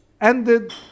ended